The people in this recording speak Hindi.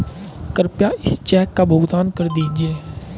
कृपया इस चेक का भुगतान कर दीजिए